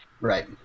Right